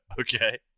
okay